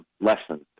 lesson